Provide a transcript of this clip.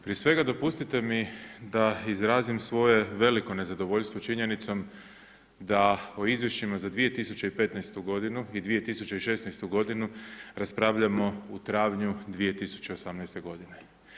Prije svega, dopustite mi da izrazim svoje veliko nezadovoljstvo činjenicom da o izvješćima za 2015. godinu i 2016. godinu raspravljamo u travnju 2018. godine.